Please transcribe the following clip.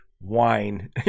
wine